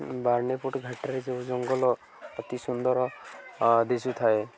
ଘାଟରେ ଯେଉଁ ଜଙ୍ଗଲ ଅତି ସୁନ୍ଦର ଦିଶୁଥାଏ